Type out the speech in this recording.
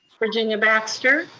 virginia baxter?